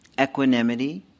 Equanimity